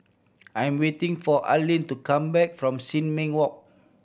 I am waiting for Arleen to come back from Sin Ming Walk